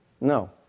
no